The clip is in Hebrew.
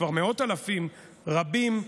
כבר מאות אלפים רבים,